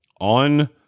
on